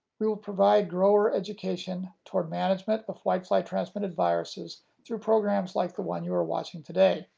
we will provide grower education toward management of whitefly-transmitted viruses through programs like the one you are watching today.